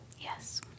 Yes